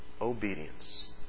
obedience